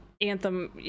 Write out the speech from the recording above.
anthem